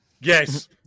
Yes